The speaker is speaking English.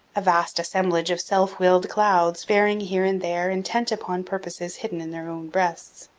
a vast assemblage of self-willed clouds, faring here and there, intent upon purposes hidden in their own breasts.